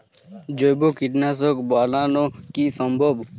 জৈব কীটনাশক বানানো কি সম্ভব?